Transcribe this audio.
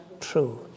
true